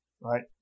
right